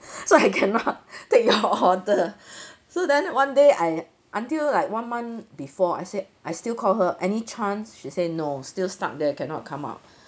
so I cannot take your order so then one day I until like one month before I said I still call her any chance she say no still stuck there cannot come out